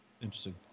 Interesting